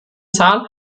saal